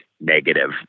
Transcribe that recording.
negative